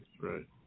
Right